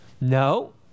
No